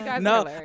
No